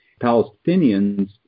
Palestinians